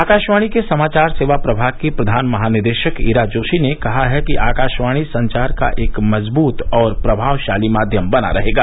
आकाशवाणी के समाचार सेवा प्रभाग की प्रधान महानिदेशक इरा जोशी ने कहा है कि आकाशवाणी संचार का एक मजबूत और प्रभावशाली माध्यम बना रहेगा